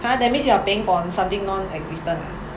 !huh! that means you are paying for something non-existent ah